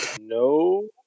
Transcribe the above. No